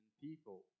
people